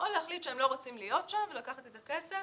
או להחליט שהם לא רוצים להיות שם ולקחת את הכסף.